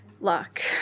Luck